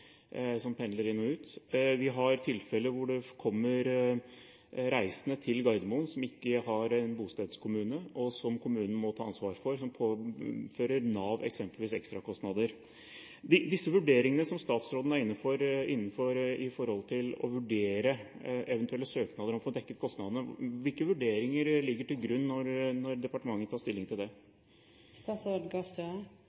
som arbeider på flyplassen, og som pendler inn og ut. Det er tilfeller hvor det kommer reisende til Gardermoen som ikke har bostedskommune, og som kommunen må ta ansvar for, noe som påfører eksempelvis Nav ekstrakostnader. Når det gjelder eventuelle søknader om å få dekket kostnadene, hvilke vurderinger ligger til grunn når departementet tar stilling til